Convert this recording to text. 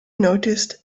noticed